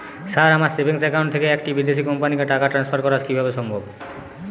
Sir আমার savings account থেকে একটি বিদেশি কোম্পানিকে টাকা ট্রান্সফার করা কীভাবে সম্ভব?